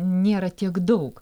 nėra tiek daug